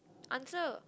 answer